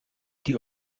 die